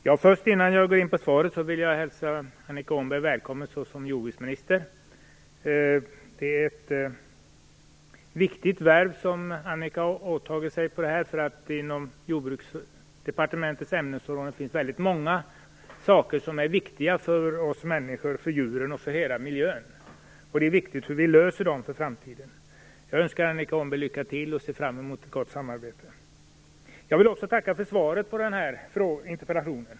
Herr talman! Först vill jag hälsa Annika Åhnberg välkommen som jordbruksminister. Det är ett viktigt värv som hon har åtagit sig, för inom Jordbruksdepartementets ämnesområde finns väldigt många frågor som är viktiga för oss människor, för djuren och för hela miljön, och det är viktigt hur vi löser dem för framtiden. Jag önskar Annika Åhnberg lycka till och ser fram emot ett gott samarbete. Jag vill också tacka för svaret på min interpellation.